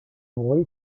bruit